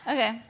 Okay